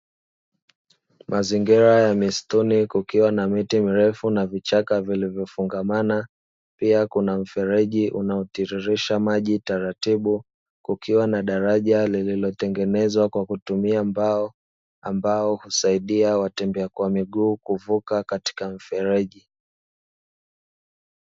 Mazingira ya msituni kukiwa na miti mirefu na vichaka vilivyofungamana pia kuna mfereji unaotiririsha maji taratibu, kukiwa na daraja lililotengenezwa kwa kutumia mbao ambao husaidia watembea kwa miguu kuvuka katika mfereji.